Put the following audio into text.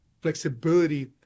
Flexibility